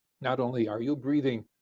not only are you breathing